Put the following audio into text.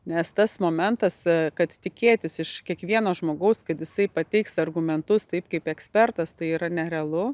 nes tas momentas kad tikėtis iš kiekvieno žmogaus kad jisai pateiks argumentus taip kaip ekspertas tai yra nerealu